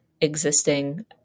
existing